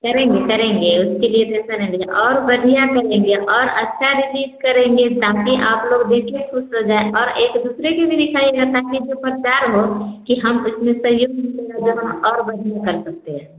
करेंगे करेंगे उसके लिए भी करेंगे और बढ़िया करेंगे और अच्छा रिसीव करेंगे ताकि आप लोग देखिए ख़ुश हो जाए और एक दूसरे को भी दिखाया जाता है जो समझ दार हो कि हम इतने सहयोग और बढ़िया कर सकते हैं